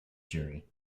jury